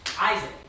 Isaac